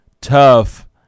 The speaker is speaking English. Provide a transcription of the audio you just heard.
tough